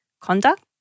conduct